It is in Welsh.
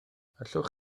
allwch